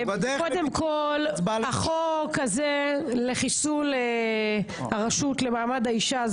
קודם כל החוק הזה לחיסול הרשות למעמד האישה,